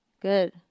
Good